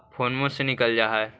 फोनवो से निकल जा है?